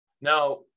Now